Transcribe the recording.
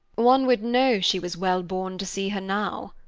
one would know she was wellborn to see her now.